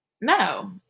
no